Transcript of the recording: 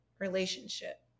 relationship